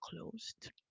closed